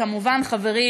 כמובן חברי